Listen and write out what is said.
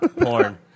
Porn